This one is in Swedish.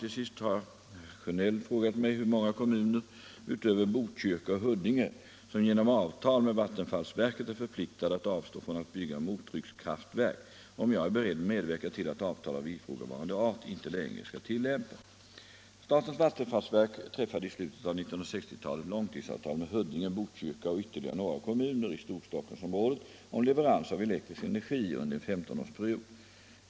Till sist har herr Sjönell frågat mig hur många kommuner utöver Botkyrka och Huddinge som genom avtal med vattenfallsverket är förpliktade att avstå från att bygga mottryckskraftverk och om jag är beredd medverka till att avtal av ifrågavarande art inte längre skall tillämpas. Statens vattenfallsverk träffade i slutet av 1960-talet långtidsavtal med Huddinge, Botkyrka och ytterligare några kommuner i Storstockholmsområdet om leverans av elektrisk energi under en femtonårsperiod.